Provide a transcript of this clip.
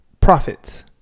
profits